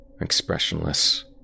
expressionless